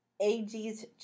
AG's